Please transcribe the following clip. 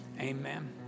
Amen